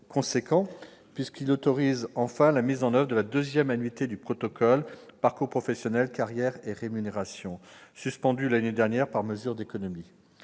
d'envergure, qui autorise enfin la mise en oeuvre de la seconde annuité du protocole « Parcours professionnels, carrières et rémunérations », suspendue l'année dernière par mesure d'économie.